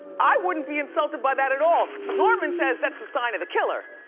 i wouldn't be insulted by that at all. norman says that's a sign of the killer.